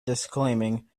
disclaiming